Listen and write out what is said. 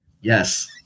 Yes